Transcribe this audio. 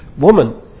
Woman